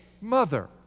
mother